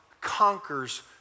conquers